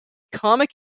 comic